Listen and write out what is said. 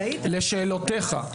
לשאלותיך,